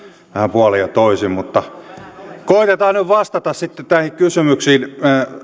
puolin ja toisin mutta koetetaan nyt vastata sitten näihin kysymyksiin